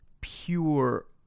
pure